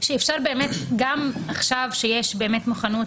שעכשיו כשיש מוכנות